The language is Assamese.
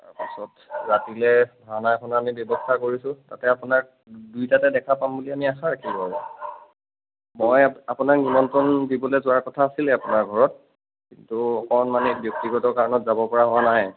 তাৰ পিছত ৰাতিলে ভাওনা এখনৰ আমি ব্যৱস্থা কৰিছোঁ তাতে আপোনাৰ দুইটাতে দেখা পাম বুলি আমি আশা ৰাখিলোঁ আৰু মই আ আপোনাক নিমন্ত্ৰণ দিবলৈ যোৱাৰ কথা আছিলেই আপোনাৰ ঘৰত কিন্তু অকণমান এই ব্যক্তিগত কাৰণত যাব পৰা হোৱা নাই